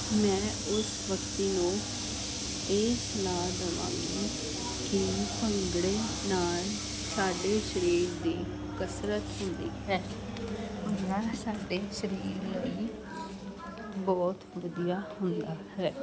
ਮੈਂ ਉਸ ਵਿਅਕਤੀ ਨੂੰ ਇਹ ਸਲਾਹ ਦਵਾਂਗੀ ਕਿ ਭੰਗੜੇ ਨਾਲ ਸਾਡੇ ਸਰੀਰ ਦੀ ਕਸਰਤ ਹੁੰਦੀ ਹੈ ਭੰਗੜਾ ਸਾਡੇ ਸਰੀਰ ਲਈ ਬਹੁਤ ਵਧੀਆ ਹੁੰਦਾ ਹੈ